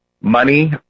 money